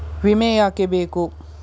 ವಿಮೆ ಯಾಕೆ ಬೇಕು?